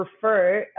prefer